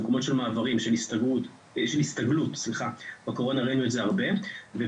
מקומות של מעברים ושל הסתגלות ובקורונה ראינו את זה הרבה ובפעם